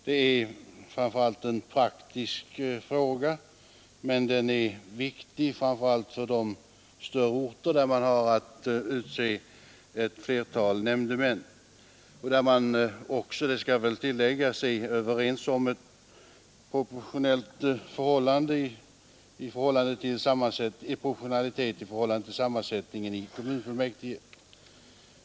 Det är framför allt en praktisk fråga men den är viktig framför allt för de större orter där man har att utse ett flertal nämndemän och där man också — det skall jag väl tillägga — är överens om en proportionalitet i förhållande till sammansättningen i kommunfullmäktige.